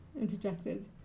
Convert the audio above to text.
interjected